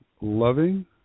loving